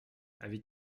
avis